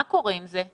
מה קורה עם זה?